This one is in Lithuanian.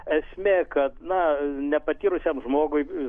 esmė kad na nepatyrusiam žmogui